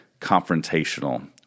confrontational